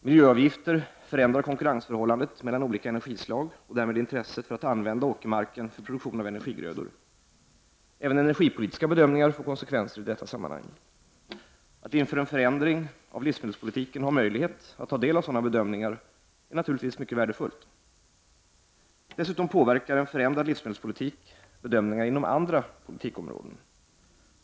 Miljöavgifter förändrar konkurrensförhållandet mellan olika energislag och därmed intresset för att använda åkermarken för produktion av energigrödor. Även energipolitiska bedömningar får konsekvenser i detta sammanhang. Att inför en förändring av livsmedelspolitiken ha möjlighet att ta del av sådana bedömningar är naturligtvis mycket värdefullt. Dessutom påverkar en förändrad livsmedelspolitik bedömningar inom andra politikområden.